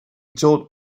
told